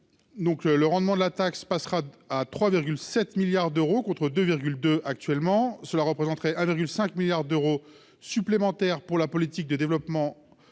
le rendement, la taxe passera à 3 7 milliards d'euros, contre deux deux actuellement, cela représenterait 5 milliards d'euros supplémentaires pour la politique de développement française